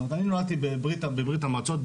אני נולדתי בברית המועצות,